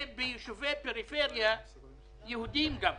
וגם ביישובי פריפריה יהודיים.